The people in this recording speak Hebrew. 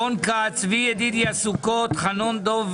רון כץ צבי ידידיה סוכות, חנון דב